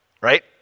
Right